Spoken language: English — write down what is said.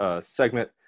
segment